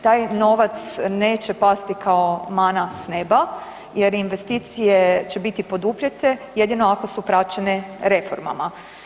Taj novac neće pasti kao mana s neba jer investicije će biti poduprijete jedino ako su praćene reformama.